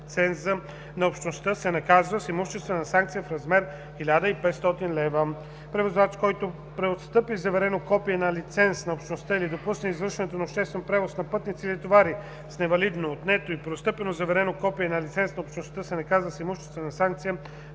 Превозвач, който преотстъпи заверено копие на лиценз на Общността или допусне извършването на обществен превоз на пътници или товари с невалидно, отнето или преотстъпено заверено копие на лиценз на Общността, се наказва с имуществена санкция